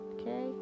Okay